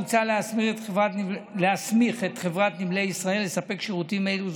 מוצע להסמיך את חברת נמלי ישראל לספק שירותים אלו,